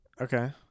Okay